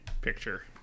picture